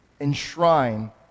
enshrine